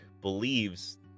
believes